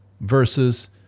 versus